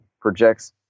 projects